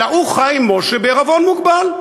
אלא הוא חיים משה בעירבון מוגבל,